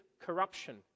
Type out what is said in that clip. corruption